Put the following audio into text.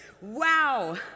Wow